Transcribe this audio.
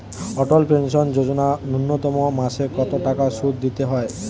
অটল pension যোজনা ন্যূনতম মাসে কত টাকা সুধ দিতে হয়?